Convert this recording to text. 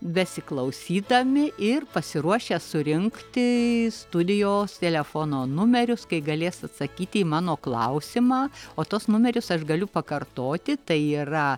besiklausydami ir pasiruošę surinkti studijos telefono numerius kai galės atsakyti į mano klausimą o tuos numerius aš galiu pakartoti tai yra